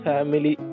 Family